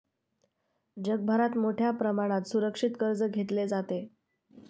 जगभरात मोठ्या प्रमाणात सुरक्षित कर्ज घेतले जाते